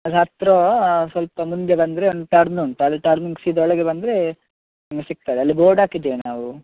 ಅದರ ಹತ್ತಿರ ಸ್ವಲ್ಪ ಮುಂದೆ ಬಂದರೆ ಒಂದು ಟರ್ನ್ ಉಂಟು ಅಲ್ಲಿ ಟರ್ನ್ ಸೀದಾ ಒಳಗೆ ಬಂದರೆ ನಿಮಗೆ ಸಿಗ್ತದೆ ಅಲ್ಲಿ ಬೋರ್ಡಾಕಿದ್ದೇವೆ ನಾವು